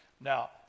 Now